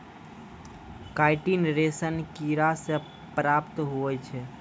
chitin रेशम किड़ा से प्राप्त हुवै छै